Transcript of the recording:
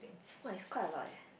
!wah! it's quite a lot eh